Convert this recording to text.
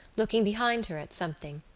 looking behind her at something.